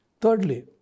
Thirdly